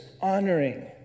honoring